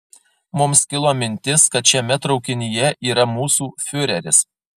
mums kilo mintis kad šiame traukinyje yra mūsų fiureris